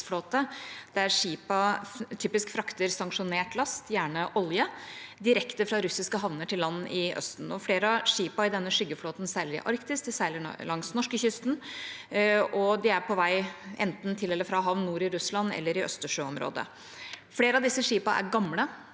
typisk frakter sanksjonert last, gjerne olje, direkte fra russiske havner til land i Østen. Flere av skipene i denne skyggeflåten seiler i Arktis, de seiler nå langs norskekysten, og de er på vei enten til eller fra havner nord i Russland eller i østersjøområdet. Flere av disse skipene er gamle,